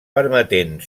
permetent